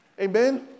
Amen